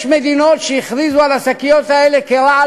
יש מדינות שהכריזו על השקיות האלה כרעל